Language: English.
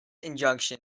injunction